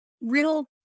real